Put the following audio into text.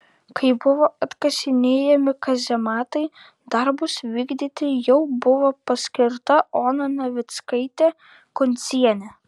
kai buvo atkasinėjami kazematai darbus vykdyti jau buvo paskirta ona navickaitė kuncienė